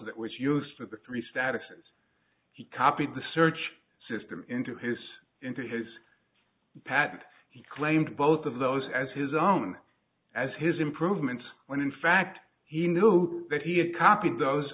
that was used for the three statuses he copied the search system into his into his patent he claimed both of those as his own as his improvement when in fact he knew that he a copy those